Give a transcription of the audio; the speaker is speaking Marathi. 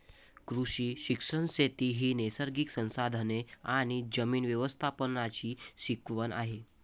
कृषी शिक्षण शेती ही नैसर्गिक संसाधने आणि जमीन व्यवस्थापनाची शिकवण आहे